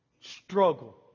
struggle